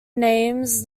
names